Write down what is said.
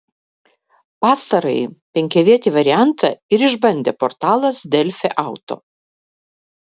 pastarąjį penkiavietį variantą ir išbandė portalas delfi auto